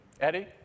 Eddie